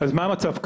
אז מה המצב כיום,